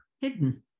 hidden